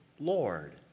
Lord